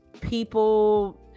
people